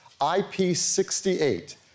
IP68